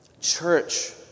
church